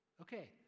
Okay